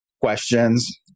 questions